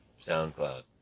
SoundCloud